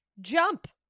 jump